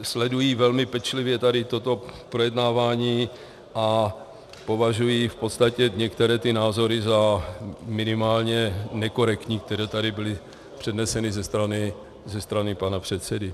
Sledují velmi pečlivě tady toto projednávání a považují v podstatě některé ty názory za minimálně nekorektní, které tady byly předneseny ze strany pana předsedy.